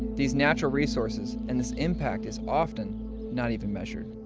these natural resources and this impact is often not even measured.